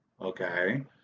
Okay